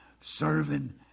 serving